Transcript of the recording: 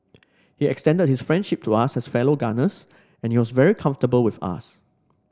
he extended his friendship to us as fellow gunners and he was very comfortable with us